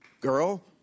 Girl